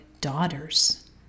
daughters